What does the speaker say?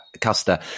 Custer